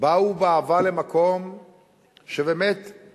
באו מאהבה למקום שהקושי,